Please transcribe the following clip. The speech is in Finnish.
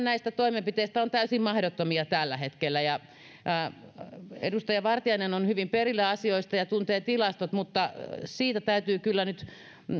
näistä toimenpiteistähän on täysin mahdottomia tällä hetkellä edustaja vartiainen on hyvin perillä asioista ja tuntee tilastot mutta siitä täytyy kyllä nyt